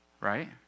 right